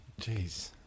Jeez